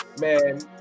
Man